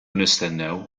nistennew